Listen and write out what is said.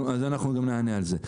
אנחנו נענה גם על זה.